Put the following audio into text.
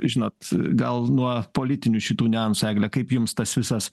žinot gal nuo politinių šitų niuansų egle kaip jums tas visas